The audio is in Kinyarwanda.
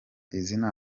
izina